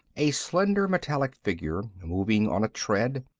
a slender metallic figure moving on a tread,